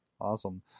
Awesome